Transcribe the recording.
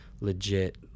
legit